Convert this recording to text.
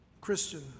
Christian